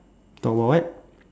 talk about what